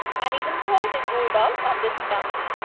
and even third is ruled out on this account.